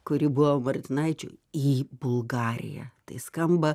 kuri buvo martinaičiui į bulgariją tai skamba